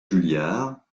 juliards